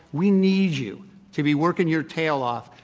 we need you to be working your tail off.